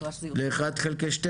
ל1/12?